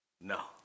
No